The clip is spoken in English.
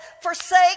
forsake